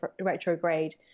retrograde